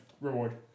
reward